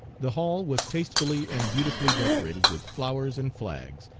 the hall was tastefully and beautifully decorated with flowers and flags,